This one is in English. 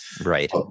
Right